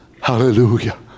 Hallelujah